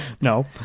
No